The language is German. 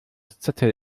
zettel